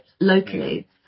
locally